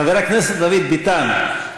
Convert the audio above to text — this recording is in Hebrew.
חבר הכנסת דוד ביטן,